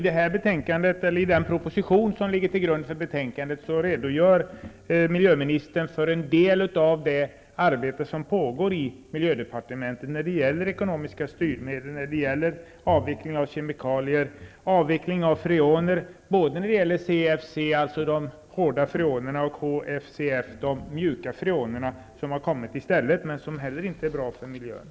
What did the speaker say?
Fru talman! I den proposition som ligger till grund för betänkandet redogör miljöministern för en del av det arbete som pågår i miljödepartementet när det gäller ekonomiska styrmedel, avveckling av kemikalier, avveckling av freoner -- både när det gäller CFC, alltså de hårda freonerna, och KFCF, de mjuka freonerna som har kommit i stället, men som inte heller är bra för miljön.